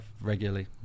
regularly